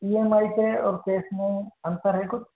E M I तो और cash में अंतर है कुछ